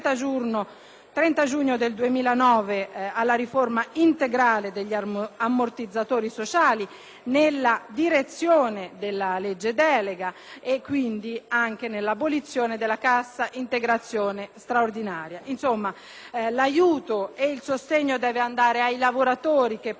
30 giugno del 2009, alla riforma integrale degli ammortizzatori sociali nella direzione della legge delega e, quindi, anche all'abolizione della Cassa integrazione straordinaria. In sostanza, il sostegno deve andare ai lavoratori che perdono il lavoro,